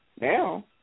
now